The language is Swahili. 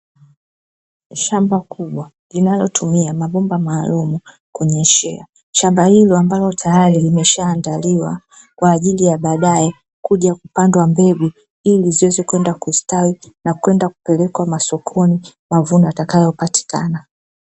Shamba kubwa linalotumia mabomba maalumu kunyeshea. Shamba hilo ambalo tayari limeshaandaliwa, kwa ajili ya baadaye kuja kupandwa mbegu, ili ziweze kwenda kustawi na kwenda kupelekwa masokoni mavuno yatakayopatikana.